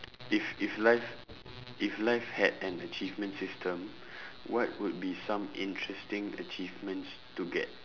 if if life if life had an achievement system what would be some interesting achievements to get